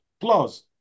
Plus